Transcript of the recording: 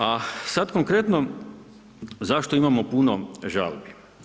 A sada konkretno zašto imamo puno žalbi.